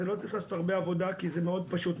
לא צריך לעשות הרבה עבודה כי זה מאוד פשוט,